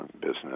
business